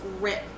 rip